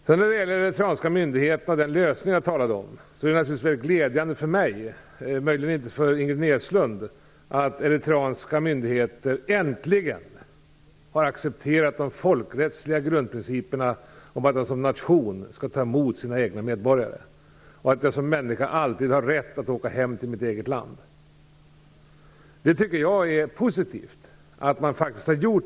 När det sedan gäller de eritreanska myndigheterna och den lösning som jag talade om är det naturligtvis glädjande för mig, men möjligen inte för Ingrid Näslund, att eritreanska myndigheter äntligen har accepterat de folkrättsliga grundprinciperna, dvs. att man som nation skall ta emot sina egna medborgare och att jag som människa alltid skall ha rätt att åka hem till mitt eget land. Det tycker jag är positivt.